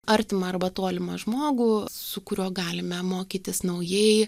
artimą arba tolimą žmogų su kuriuo galime mokytis naujai